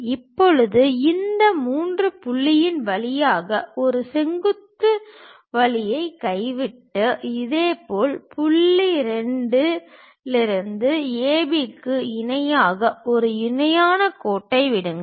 இப்போது இந்த 3 புள்ளியின் வழியாக ஒரு செங்குத்து வழியைக் கைவிட்டு இதேபோல் புள்ளி 2 இலிருந்து A B க்கு இணையாக ஒரு இணையான கோட்டை விடுங்கள்